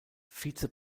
vize